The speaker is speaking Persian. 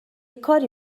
کاری